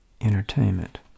entertainment